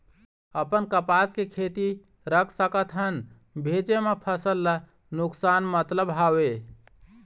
अपन कपास के खेती रख सकत हन भेजे मा फसल ला नुकसान मतलब हावे?